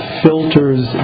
filters